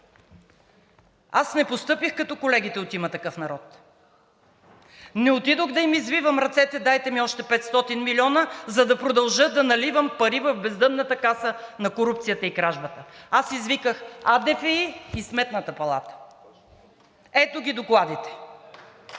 Аз не постъпих като колегите от „Има такъв народ“, не отидох да им извивам ръцете – дайте ми още 500 милиона, за да продължа да наливам пари в бездънната каса на корупцията и кражбата. Аз извиках АДФИ и Сметната палата, ето ги докладите. (Показва